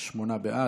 שמונה בעד,